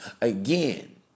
Again